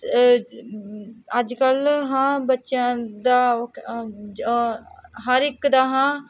ਅੱਜ ਕੱਲ੍ਹ ਹਾਂ ਬੱਚਿਆਂ ਦਾ ਹਰ ਇੱਕ ਦਾ ਹਾਂ